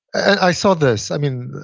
i saw this. i mean,